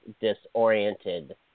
disoriented